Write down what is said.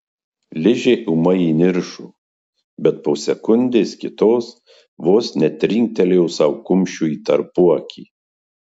ližė ūmai įniršo bet po sekundės kitos vos netrinktelėjo sau kumščiu į tarpuakį